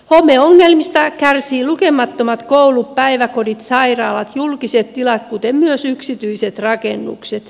homeongelmista kärsivät lukemattomat koulut päiväkodit sairaalat julkiset tilat kuten myös yksityiset rakennukset